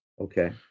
Okay